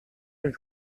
een